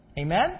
Amen